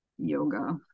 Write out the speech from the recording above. Yoga